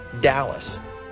Dallas